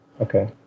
Okay